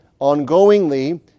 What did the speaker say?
ongoingly